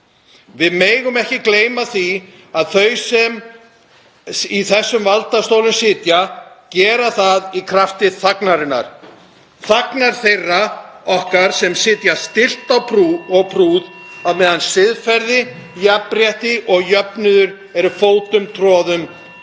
Við megum ekki gleyma því að þau sem í þessum valdastólum sitja gera það í krafti þagnarinnar, þagnar þeirra, okkar sem sitjum stillt og prúð á meðan siðferði, jafnrétti og jöfnuður eru fótum troðin